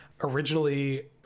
originally